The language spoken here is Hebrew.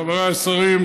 חבריי השרים,